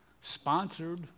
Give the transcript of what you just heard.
sponsored